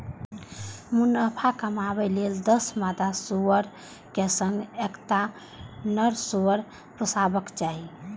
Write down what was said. मुनाफा कमाबै लेल दस मादा सुअरक संग एकटा नर सुअर पोसबाक चाही